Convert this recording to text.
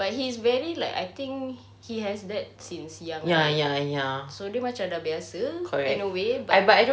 but he's very like I think he has that since young lah so dia macam dah biasa in a way but